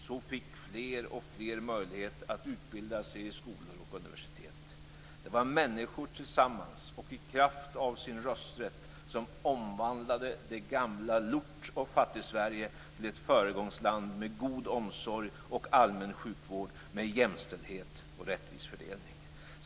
Så fick fler och fler möjlighet att utbilda sig i skolor och på universitet. Det var människor tillsammans och i kraft av sin rösträtt som omvandlade det gamla lort och fattigsverige till ett föregångsland med god omsorg och allmän sjukvård, med jämställdhet och rättvis fördelning.